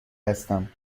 هستم